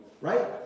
right